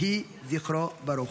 יהי זכרו ברוך.